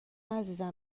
عزیزم